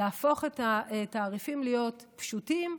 להפוך את התעריפים להיות פשוטים,